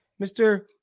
Mr